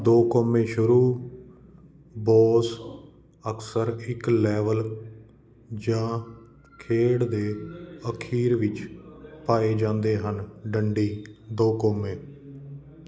ਦੋ ਕੌਮੇ ਸ਼ੁਰੂ ਬੌਸ ਅਕਸਰ ਇੱਕ ਲੈਵਲ ਜਾਂ ਖੇਡ ਦੇ ਅਖੀਰ ਵਿੱਚ ਪਾਏ ਜਾਂਦੇ ਹਨ ਡੰਡੀ ਦੋ ਕੌਮੇ